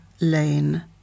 Lane